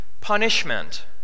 punishment